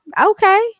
Okay